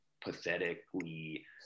pathetically